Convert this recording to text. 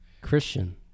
Christian